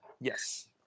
Yes